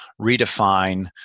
redefine